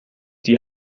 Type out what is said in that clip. die